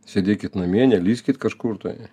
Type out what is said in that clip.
sėdėkit namie nelįskit kažkur tai